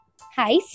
Hi